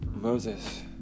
Moses